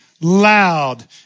loud